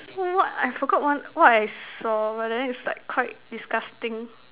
so what I forgot one what I saw but then is like quite disgusting